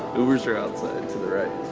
uber's are outside to the right.